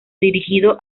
dirigido